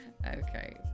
okay